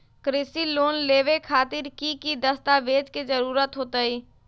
कृषि लोन लेबे खातिर की की दस्तावेज के जरूरत होतई?